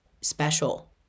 special